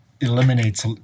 eliminates